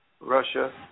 Russia